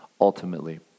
ultimately